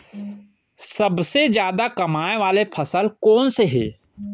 सबसे जादा कमाए वाले फसल कोन से हे?